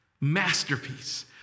Masterpiece